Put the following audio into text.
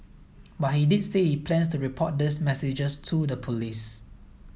but he did say he plans to report these messages to the police